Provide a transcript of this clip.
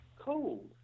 cold